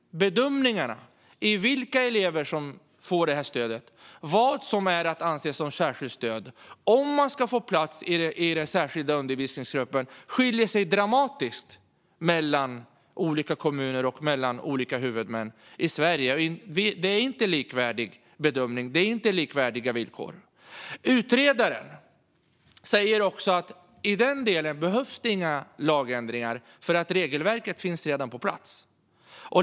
Bedömningarna av vilka elever som får stödet, vad som anses som särskilt stöd och om man ska få plats i den särskilda undervisningsgruppen skiljer sig dramatiskt mellan olika kommuner och mellan olika huvudmän i Sverige. Det är inte likvärdig bedömning och inte likvärdiga villkor. Utredaren säger också att i den delen behövs det inga lagändringar för att regelverket redan finns på plats.